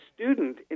student